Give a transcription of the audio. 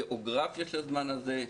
גיאוגרפיה של הזמן הזה,